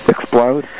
Explode